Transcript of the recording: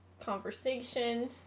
conversation